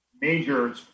major